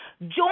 Join